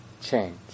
change